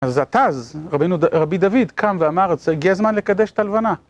אז הט"ז (טורי זהב), רבי דוד, קם ואמר, זה הגיע זמן לקדש את הלבנה.